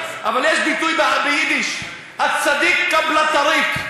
אבל יש ביטוי ביידיש: אל-צדיק קבל אל-טריק,